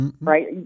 right